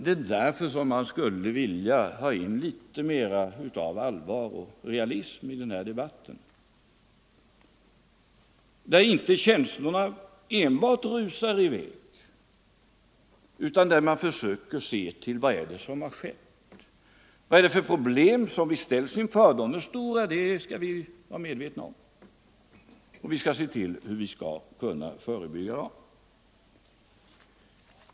Det är därför jag skulle vilja ha in litet mer av allvar och realism i den här debatten — så att inte enbart känslorna rusar i väg utan man försöker se till vad det är som skett, vad det är för problem som vi ställs inför. De är stora, det skall vi vara medvetna om, och vi skall se till att vi kan lösa dem.